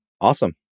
awesome